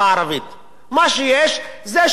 מה שיש זה שידור מטעם.